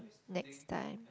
next time